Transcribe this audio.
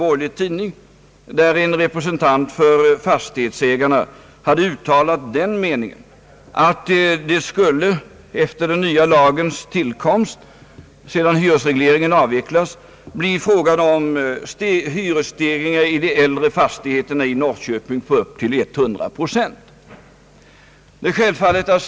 Just då hade en representant för fastighetsägarna i en artikel i en borgerlig tidning uttalat den meningen, att sedan hyresregleringen avvecklats genom den nya lagen skulle det bli fråga om hyresstegringar på upp till 100 procent i Norrköpings äldre fastigheter.